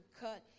cut